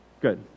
Good